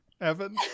Evan